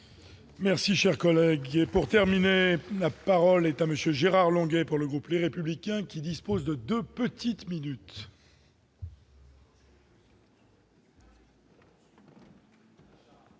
Merci, cher collègue qui et pour terminer, la parole est à monsieur Gérard Longuet pour le groupe, les républicains, qui disposent de 2 petites minutes.